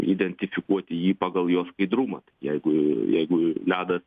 identifikuoti jį pagal jo skaidrumą jeigu jeigu ledas